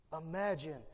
imagine